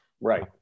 right